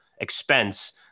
expense